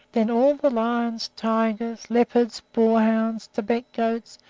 then all the lions, tigers, leopards, boar-hounds, tibet goats,